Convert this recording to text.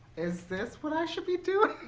is this what i should be doing?